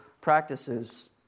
practices